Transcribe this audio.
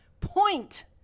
point